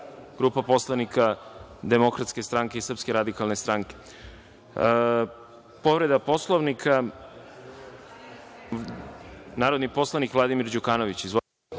grupa poslanika Demokratske stranke i Srpske radikalne stranke. Povreda Poslovnika, narodni poslanik Vladimir Đukanović. Izvolite.